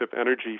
energy